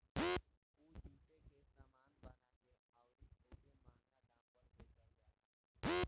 उ जुटे के सामान बना के अउरी ओके मंहगा दाम पर बेचल जाला